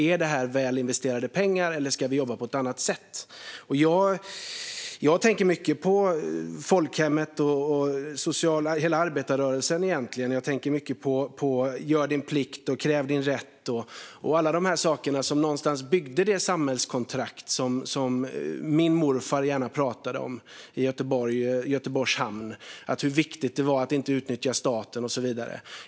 Är det här väl investerade pengar, eller ska vi jobba på ett annat sätt? Jag tänker mycket på folkhemmet och egentligen på hela arbetarrörelsen. Jag tänker mycket på "gör din plikt, kräv din rätt" och alla de här sakerna som någonstans byggde det samhällskontrakt som min morfar gärna pratade om i Göteborg och i Göteborgs hamn. Han pratade om hur viktigt det var att inte utnyttja staten och så vidare.